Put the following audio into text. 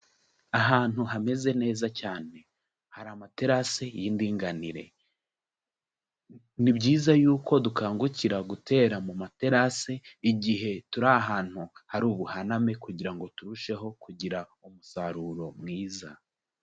Ahantu hameze neza cyane, hari amaterasi y'indinganire. Ni byiza yuko dukangukira gutera mu materasi igihe turi ahantu hari ubuhaname kugira ngo turusheho kugira umusaruro mwiza.